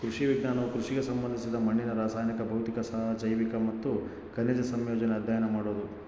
ಕೃಷಿ ವಿಜ್ಞಾನವು ಕೃಷಿಗೆ ಸಂಬಂಧಿಸಿದ ಮಣ್ಣಿನ ರಾಸಾಯನಿಕ ಭೌತಿಕ ಜೈವಿಕ ಮತ್ತು ಖನಿಜ ಸಂಯೋಜನೆ ಅಧ್ಯಯನ ಮಾಡೋದು